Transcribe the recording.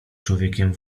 człowiekiem